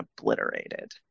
obliterated